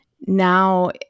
Now